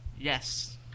yes